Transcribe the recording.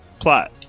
Plot